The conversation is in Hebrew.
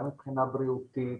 גם מבחינה בריאותית,